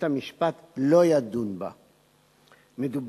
רצוני לשאול: